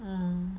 mm